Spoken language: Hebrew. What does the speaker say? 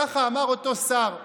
כך אמר אותו שר בריאיון.